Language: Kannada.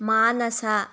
ಮಾನಸ